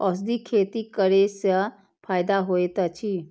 औषधि खेती करे स फायदा होय अछि?